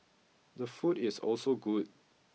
the food is also good